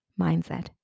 mindset